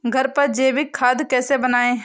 घर पर जैविक खाद कैसे बनाएँ?